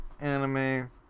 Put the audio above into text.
anime